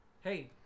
hey